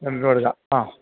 റെൻറ്റിനു കൊടുക്കാൻ ആ